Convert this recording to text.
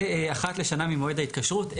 ואחת לשנה ממועד ההתקשרות,